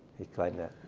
he claimed that.